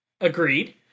agreed